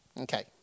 Okay